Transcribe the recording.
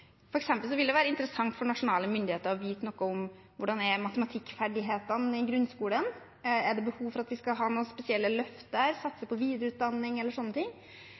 det være interessant for nasjonale myndigheter å vite noe om hvordan matematikkferdighetene i grunnskolen er. Er det behov for at vi skal ha noen spesielle løft der, satse på videreutdanning eller sånne ting?